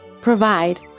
Provide